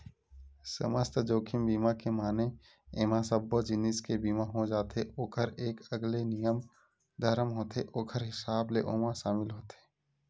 समस्त जोखिम बीमा के माने एमा सब्बो जिनिस के बीमा हो जाथे ओखर एक अलगे नियम धरम होथे ओखर हिसाब ले ओमा सामिल होथे